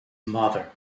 mother